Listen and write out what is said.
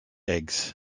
eggs